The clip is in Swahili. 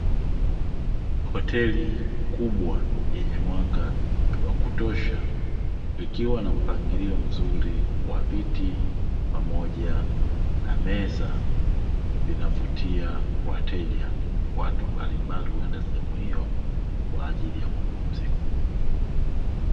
Hoteli kubwa yenye mwanga wa kutosha ikiwa na mpangilio mzuri wa viti pamoja na meza vinavutia wateja, watu mbalimbali huenda sehemu hiyo kwa ajili ya kupumzika.